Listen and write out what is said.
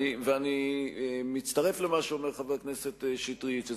אני מצטרף למה שחבר הכנסת שטרית אומר,